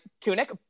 tunic